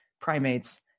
primates